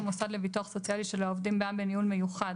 מוסד לביטוח סוציאלי של העובדים בע"מ (בניהול מיוחד),